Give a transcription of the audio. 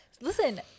listen